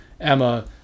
Emma